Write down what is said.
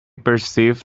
perceived